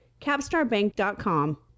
CapstarBank.com